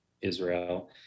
Israel